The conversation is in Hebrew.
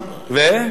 ו,